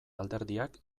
alderdiak